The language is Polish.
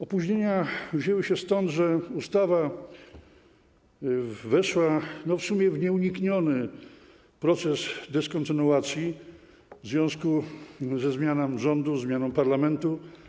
Opóźnienia wzięły się stąd, że ustawa weszła w sumie w nieunikniony proces dyskontynuacji w związku ze zmianą rządu, zmianą parlamentu.